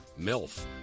Milf